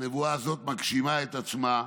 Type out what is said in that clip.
הנבואה הזאת מגשימה את עצמה,